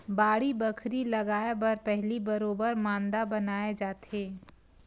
बाड़ी बखरी लगाय बर पहिली बरोबर मांदा बनाए जाथे